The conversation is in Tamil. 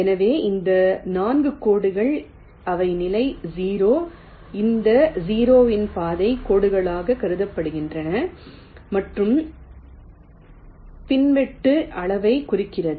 எனவே இந்த 4 கோடுகள் அவை நிலை 0 இந்த 0 இன் பாதைக் கோடுகளாகக் கருதப்படுகின்றன மற்றும் பின்னொட்டு அளவைக் குறிக்கிறது